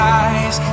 eyes